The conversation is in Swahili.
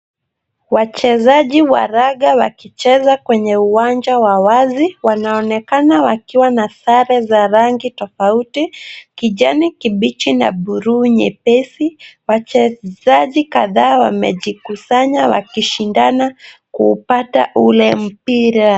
Wachezaji wa raga wakicheza kwenye uwanja wa wazi wanaonekana wakiwa na sare za rangi tofauti kijani kibichi na buluu nyepesi. Wachezaji kadhaa wamejikusanya wakishindana kupata ule mpira.